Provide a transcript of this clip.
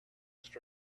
east